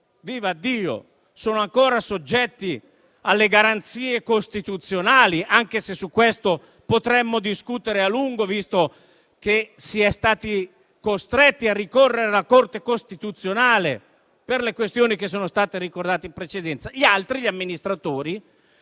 sono ancora soggetti alle garanzie costituzionali, anche se su questo potremmo discutere a lungo, visto che si è stati costretti a ricorrere alla Corte costituzionale per le questioni che sono state ricordate in precedenza. Gli altri, gli amministratori,